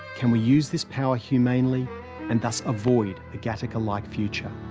can we use this power humanely and thus avoid a gattaca-like future?